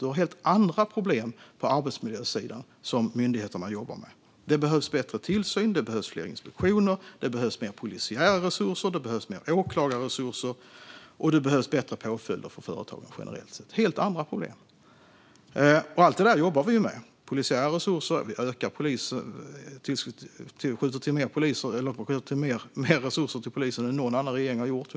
Vi har helt andra problem på arbetsmiljösidan som myndigheterna jobbar med. Det behövs bättre tillsyn, fler inspektioner, mer polisiära resurser, mer åklagarresurser och strängare påföljder för företagen generellt sett. Det är helt andra problem. Allt detta jobbar vi med. När det gäller polisiära resurser skjuter vi till mer resurser till polisen än vad någon annan regering har gjort.